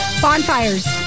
Bonfires